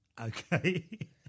Okay